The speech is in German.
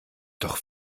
doch